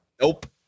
Nope